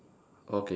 okay